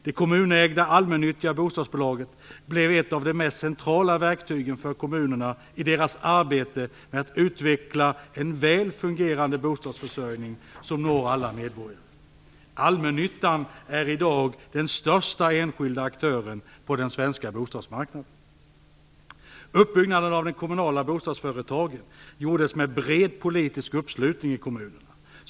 De kommunägda, allmännyttiga bostadsbolaget blev ett av de mest centrala verktygen för kommunerna i deras arbete med att utveckla en väl fungerande bostadsförsörjning som når alla medborgare. Allmännyttan är i dag den största enskilda aktören på den svenska bostadsmarknaden. Uppbyggnaden av de kommunala bostadsföretagen gjordes med bred politisk uppslutning i kommunerna.